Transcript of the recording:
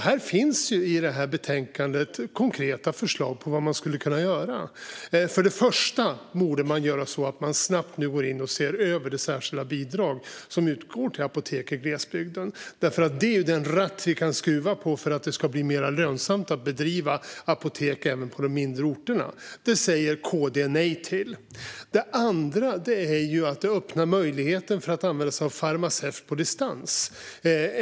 I betänkandet finns konkreta förslag på vad man skulle kunna göra. Det första man borde göra är att snabbt gå in och se över det särskilda bidrag som utgår till apotek i glesbygden. Det är den ratt som vi kan skruva på för att det ska bli mer lönsamt att driva apotek även på de mindre orterna. Det säger KD nej till. Det andra är att öppna möjligheten att använda sig av farmaceut på distans.